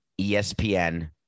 ESPN